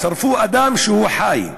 שרפו אדם כשהוא חי.